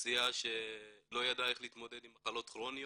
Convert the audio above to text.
באוכלוסייה שלא ידעה איך להתמודד עם מחלות כרוניות,